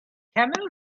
camel